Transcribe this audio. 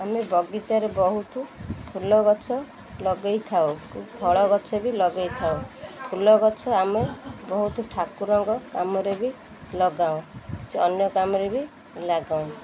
ଆମେ ବଗିଚାରେ ବହୁତ ଫୁଲ ଗଛ ଲଗାଇ ଥାଉ ଫଳ ଗଛ ବି ଲଗାଇ ଥାଉ ଫୁଲ ଗଛ ଆମେ ବହୁତ ଠାକୁରଙ୍କ କାମରେ ବି ଲଗାଉ ଅନ୍ୟ କାମରେ ବି ଲଗଉଁ